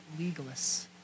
legalists